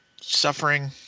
suffering